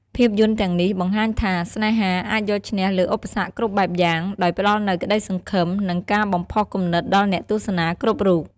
ភាពយន្តទាំងនេះបង្ហាញថា ស្នេហាអាចយកឈ្នះលើឧបសគ្គគ្រប់បែបយ៉ាង ដោយផ្តល់នូវក្តីសង្ឃឹម និងការបំផុសគំនិតដល់អ្នកទស្សនាគ្រប់រូប។